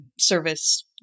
service